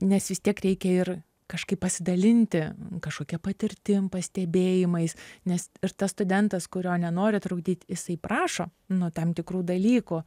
nes vis tiek reikia ir kažkaip pasidalinti kažkokia patirtim pastebėjimais nes ir tas studentas kurio nenori trukdyt jisai prašo nuo tam tikrų dalykų